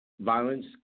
violence